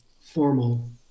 formal